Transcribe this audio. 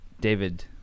David